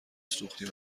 سوختی